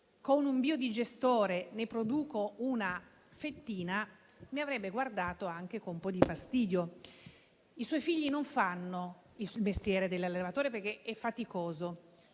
con un biodigestore, io produco una fettina, mi avrebbe guardato anche con un po' di fastidio. I suoi figli non fanno il mestiere dell'allevatore, perché è faticoso.